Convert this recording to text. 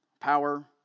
power